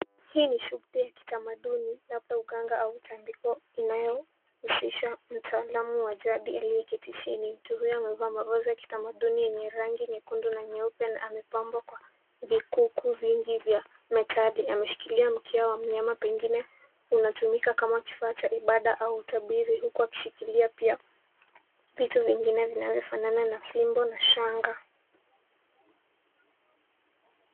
Hii ni shughuli ya kitamaduni labda uganga chambiko inayohusisha mtaalum wa jadi aliyeketi chini. Mtu huyu amevaa mavazi ya kitamaduni yenye rangi nyekundu na nyeupe. Amepambwa kwa vikuku vingi vya metadi. Ameshikilia mkia wa mnyama pengine unatumika kama kifaa cha ibada au utabiri, huku akishikilia pia vitu vingine vinavyofanana na fimbo na shanga.